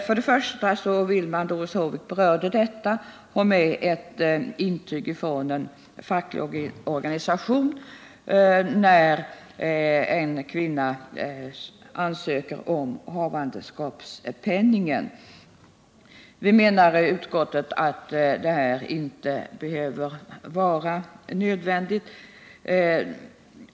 Först och främst vill socialdemokraterna — Doris Håvik berörde detta — att intyg från den fackliga organisationen skall bifogas ansökan när en kvinna ansöker om havandeskapspenning. Utskottsmajoriteten anser inte att det är nödvändigt.